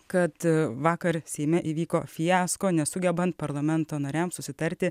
kad vakar seime įvyko fiasko nesugebant parlamento nariams susitarti